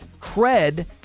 Cred